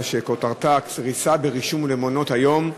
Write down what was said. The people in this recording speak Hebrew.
שכותרתה: קריסה ברישום למעונות-היום.